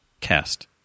cast